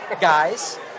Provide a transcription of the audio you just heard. Guys